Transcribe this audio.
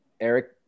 Eric